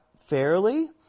fairly